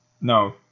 No